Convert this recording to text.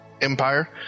Empire